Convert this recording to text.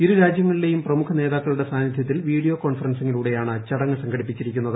ഇരുരാജ്യങ്ങളിലെയും പ്രമുഖ നേതാക്കളുടെ സാന്നിധ്യത്തിൽ വീഡിയോ കോൺഫറൻസിങ്ങിലൂടെയാണ് ചടങ്ങ് സംഘടിപ്പിക്കുന്നത്